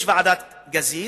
יש ועדת-גזית,